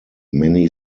many